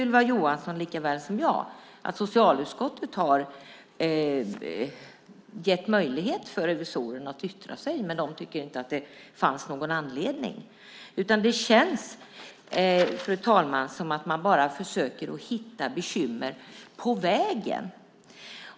Ylva Johansson vet likaväl som jag att socialutskottet har gett revisorerna möjlighet att yttra sig, men de tyckte inte att det fanns någon anledning. Det känns, fru talman, som att man försöker hitta bekymmer på vägen.